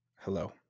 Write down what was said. Hello